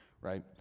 right